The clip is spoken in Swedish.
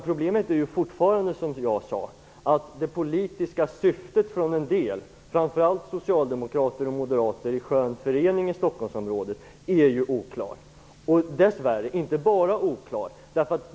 Problemet är fortfarande, som jag sade, att det politiska syftet, framför allt bland socialdemokrater och moderater i skön förening i Stockholmsområdet, är oklart. Dess värre är det inte bara oklart.